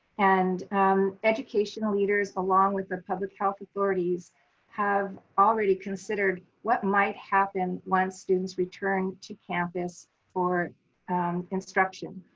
and educational leaders along with the public health authorities have already considered what might happen when students return to campus for instruction.